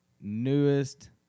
newest